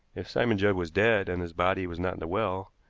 if simon judd was dead, and his body was not in the well,